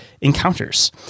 encounters